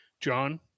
John